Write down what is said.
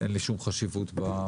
אין לי שום חשיבות בחברה,